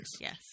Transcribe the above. Yes